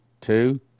two